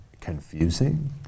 confusing